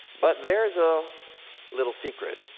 but there's a little secret.